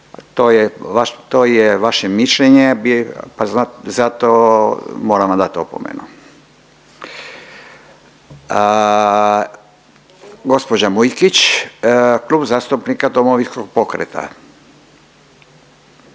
to je vaše mišljenje zato moram vam dat opomenu. Gospođa Mujkić, Klub zastupnika Domovinskog pokreta.